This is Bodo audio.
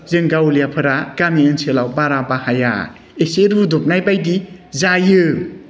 जों गावलियाफोरा गामि ओनसोलाव बारा बाहाया एसे रुदबनाय बायदि जायो